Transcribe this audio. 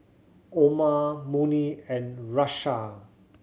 Omar Murni and Russia